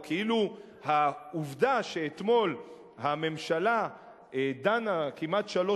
או כאילו העובדה שאתמול הממשלה דנה כמעט שלוש